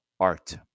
art